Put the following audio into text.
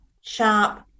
sharp